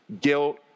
Guilt